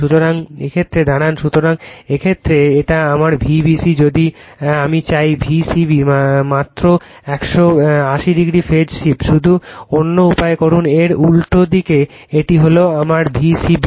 সুতরাং এই ক্ষেত্রে দাঁড়ান সুতরাং এই ক্ষেত্রে এটা আমার Vbc যদি আমি চাই V c b মাত্র 180o ফেজ শিফট শুধু অন্য উপায়ে করুন এর উল্টো দিকে এটি হল আমার V c b